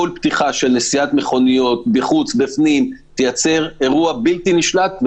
כל פתיחה של נסיעת מכוניות תייצר אירוע בלתי נשלט,